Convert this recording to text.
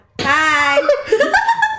hi